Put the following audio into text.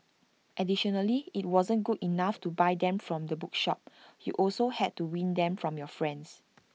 additionally IT wasn't good enough to buy them from the bookshop you also had to win them from your friends